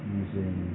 using